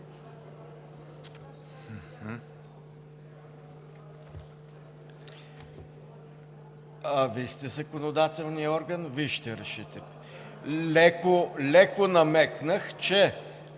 Вие сте законодателният орган, Вие ще решите. Леко намекнах, че,